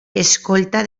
escolta